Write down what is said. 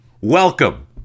Welcome